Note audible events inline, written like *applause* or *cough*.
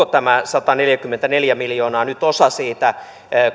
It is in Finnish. *unintelligible* tämä sataneljäkymmentäneljä miljoonaa nyt osa siitä